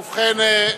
ובכן,